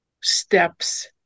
steps